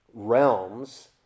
realms